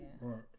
Right